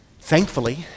Thankfully